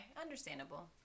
Understandable